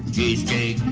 cheesecake.